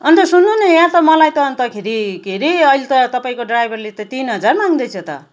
अन्त सुन्नु नि यहाँ त मलाई त अन्तखेरि के अरे अहिले त तपाईँको ड्राइभरले त तिन हजार माग्दै छ त